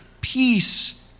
peace